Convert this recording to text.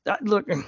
Look